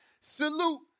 Salute